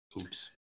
oops